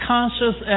Conscious